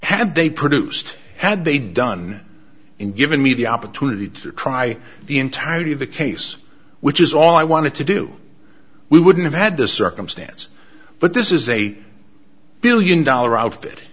had they produced had they done and given me the opportunity to try the entirety of the case which is all i wanted to do we wouldn't have had this circumstance but this is a one billion dollars outfit